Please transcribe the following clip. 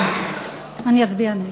אני אצביע נגד.